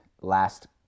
last